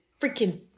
freaking